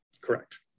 Correct